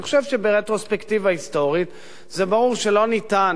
אני חושב שברטרוספקטיבה היסטורית ברור שאי-אפשר,